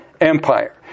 Empire